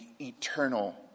eternal